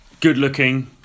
good-looking